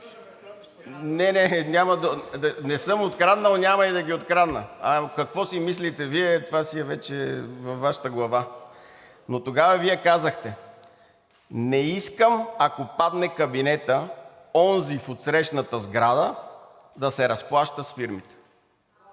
(реплики), не съм откраднал и няма да открадна, а какво си мислите Вие, това си е вече във Вашата глава. Но тогава Вие казахте: „Не искам, ако падне кабинетът, онзи в отсрещната сграда да се разплаща с фирмите.“